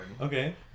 Okay